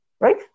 Right